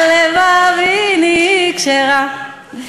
על לבבי נקשרה".